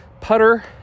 putter